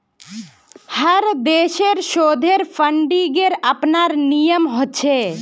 हर देशेर शोधेर फंडिंगेर अपनार नियम ह छे